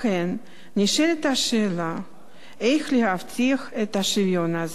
לכן, נשאלת השאלה איך להבטיח את השוויון הזה.